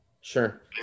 Sure